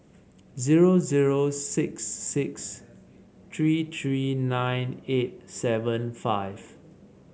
zero zero six six three three nine eight seven five